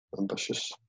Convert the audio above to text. ambitious